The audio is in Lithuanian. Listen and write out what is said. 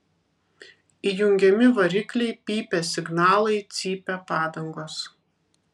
įjungiami varikliai pypia signalai cypia padangos